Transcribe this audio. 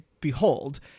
behold